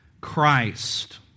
Christ